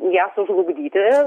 ją sužlugdyti